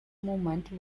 movement